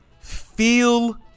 feel